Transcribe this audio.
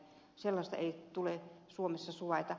sellaista ei tule suomessa suvaita